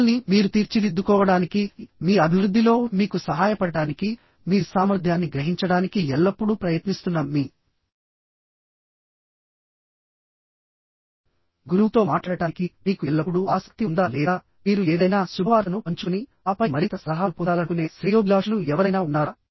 మిమ్మల్ని మీరు తీర్చిదిద్దుకోవడానికి మీ అభివృద్ధిలో మీకు సహాయపడటానికి మీ సామర్థ్యాన్ని గ్రహించడానికి ఎల్లప్పుడూ ప్రయత్నిస్తున్న మీ గురువుతో మాట్లాడటానికి మీకు ఎల్లప్పుడూ ఆసక్తి ఉందా లేదా మీరు ఏదైనా శుభవార్తను పంచుకునిఆపై మరింత సలహాలు పొందాలనుకునే శ్రేయోభిలాషులు ఎవరైనా ఉన్నారా